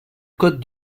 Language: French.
code